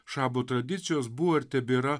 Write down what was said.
šabo tradicijos buvo ir tebėra